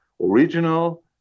original